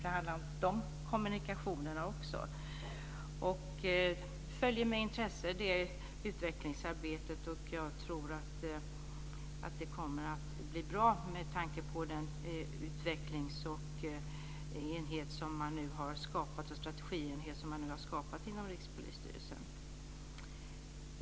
De handlar också om de kommunikationerna. Jag följer med intresse det uvecklingsarbetet. Jag tror att det kommer att bli bra med tanke på den enhet och de strategier som man nu har skapat inom Rikspolisstyrelsen.